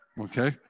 Okay